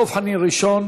דב חנין, ראשון